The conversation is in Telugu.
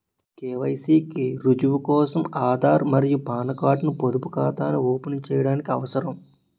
కె.వై.సి కి రుజువు కోసం ఆధార్ మరియు పాన్ కార్డ్ ను పొదుపు ఖాతాను ఓపెన్ చేయడానికి అవసరం